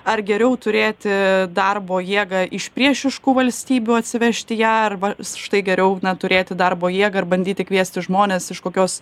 ar geriau turėti darbo jėgą iš priešiškų valstybių atsivežti ją arba štai geriau na turėti darbo jėgą ar bandyti kviesti žmones iš kokios